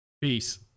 Peace